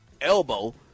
elbow